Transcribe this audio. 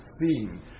theme